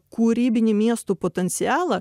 kūrybinį miestų potencialą